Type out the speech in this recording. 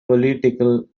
political